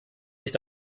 sich